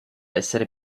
essere